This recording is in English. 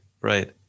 right